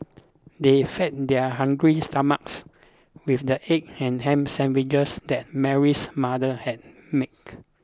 they fed their hungry stomachs with the egg and ham sandwiches that Mary's mother had make